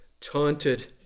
taunted